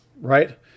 right